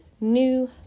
new